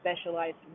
specialized